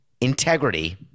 integrity